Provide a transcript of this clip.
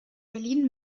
berlin